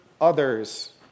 others